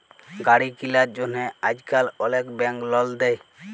গাড়ি কিলার জ্যনহে আইজকাল অলেক ব্যাংক লল দেই